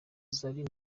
zari